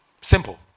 Simple